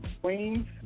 Queens